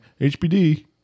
HBD